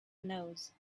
knows